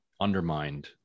undermined